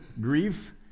grief